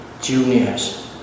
juniors